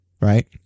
Right